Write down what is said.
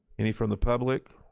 any from the public?